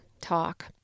talk